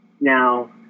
Now